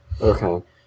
Okay